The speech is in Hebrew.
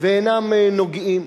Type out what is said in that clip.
ואינם נוגעים,